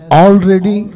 already